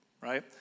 right